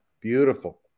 beautiful